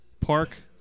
Park